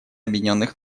объединенных